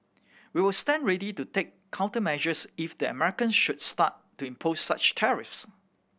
we'll stand ready to take countermeasures if the Americans should start to impose such tariffs